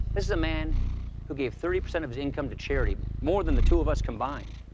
this is a man who gave thirty percent of his income to charity, more than the two of us combined.